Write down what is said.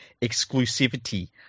exclusivity